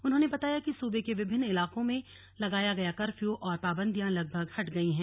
उन्होंने बताया कि सूबे के विभिन्न इलाकों में लगाया गया कर्फ्यू और पाबंदियां लगभग हट गयी हैं